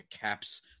caps